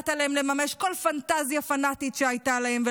נתת להם לממש כל פנטזיה פנאטית שהייתה להם,